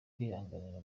kwihanganira